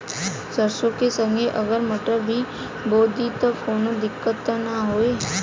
सरसो के संगे अगर मटर भी बो दी त कवनो दिक्कत त ना होय?